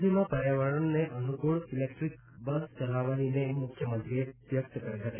રાજ્યમાં પર્યાવરણને અનુકુળ ઇલેક્ટ્રીક બસ ચલાવવાની નેમ મુખ્યમંત્રીએ વ્યક્ત કરી હતી